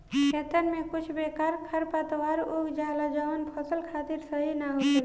खेतन में कुछ बेकार खरपतवार उग जाला जवन फसल खातिर सही ना होखेला